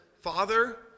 Father